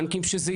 והבנקים כבר